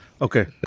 Okay